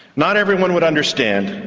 not everyone would understand,